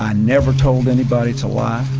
ah never told anybody to lie,